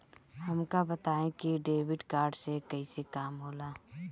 हमका बताई कि डेबिट कार्ड से कईसे काम होला?